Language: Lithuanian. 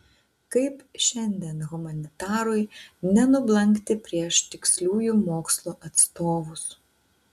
kaip šiandien humanitarui nenublankti prieš tiksliųjų mokslų atstovus